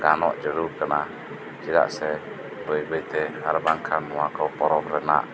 ᱜᱟᱱᱚᱜ ᱡᱟᱹᱨᱩᱲ ᱠᱟᱱᱟ ᱪᱮᱫᱟᱜ ᱥᱮ ᱵᱟᱹᱭ ᱵᱟᱹᱭᱛᱮ ᱟᱨ ᱵᱟᱝᱠᱷᱟᱱ ᱱᱚᱣᱟ ᱯᱚᱨᱚᱵᱽ ᱨᱮᱱᱟᱜ